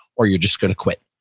or you're just going to quit.